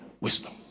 wisdom